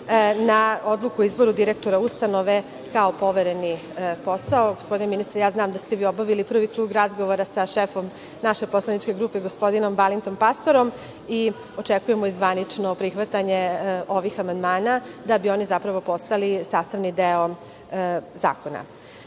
na odluku o izboru direktora ustanove, kao povereni posao. Gospodine ministre, znam da ste vi obavili prvi krug razgovora sa šefom naše poslaničke grupe, sa gospodinom Balintom Pastorom, te očekujemo i zvanično prihvatanje ovih amandmana, da bi oni zapravo postali sastavni deo zakona. Ostali